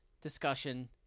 discussion